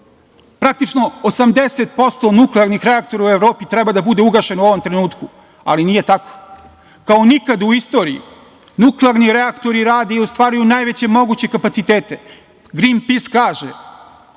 Praktično 80% nuklearnih reaktora u Evropi treba da bude ugašeno u ovom trenutku, ali nije tako. Kao nikad u istoriji nuklearni reaktor rade i ostvaruju najveće moguće kapacitete, Grin pis kaže